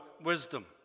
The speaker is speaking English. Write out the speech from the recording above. wisdom